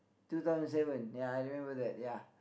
two thousand seven ya I remember that ya